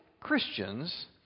Christians